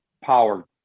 power